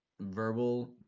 verbal